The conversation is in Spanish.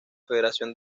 federación